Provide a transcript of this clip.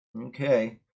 Okay